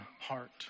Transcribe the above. heart